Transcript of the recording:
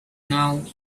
now